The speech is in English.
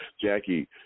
Jackie